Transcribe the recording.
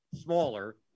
smaller